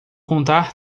contar